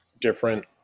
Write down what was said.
different